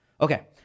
Okay